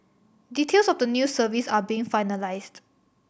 details of the new service are being finalised